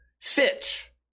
Sitch